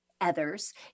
others